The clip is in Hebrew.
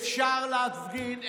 אפשר להפגין.